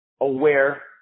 aware